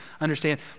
understand